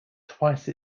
twice